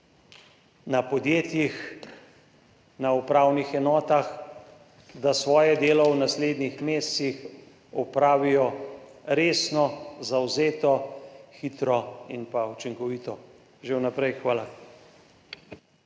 na podjetjih, na upravnih enotah, da svoje delo v naslednjih mesecih opravijo resno, zavzeto, hitro in učinkovito. Že vnaprej hvala.